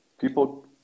people